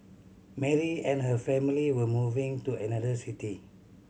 Mary and her family were moving to another city